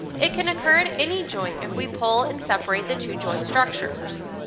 it can occur to any joint if we pull and separate the two joint structures.